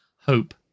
hope